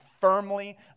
firmly